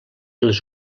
les